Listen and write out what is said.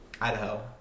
idaho